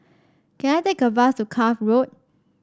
can I take a bus to Cuff Road